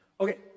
okay